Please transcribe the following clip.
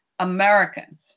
Americans